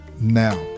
now